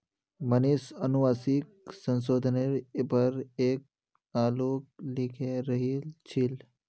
मनीष अनुवांशिक संशोधनेर पर एक आलेख लिखे रहिल छील